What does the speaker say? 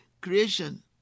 creation